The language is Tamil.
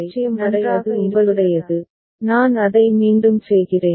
1 முதல் 0 வரை அது உங்களுடையது நான் அதை மீண்டும் செய்கிறேன்